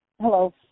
Hello